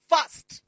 First